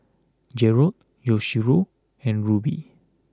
Jerrod Yoshio and Ruby